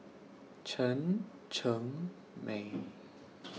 Chen Cheng Mei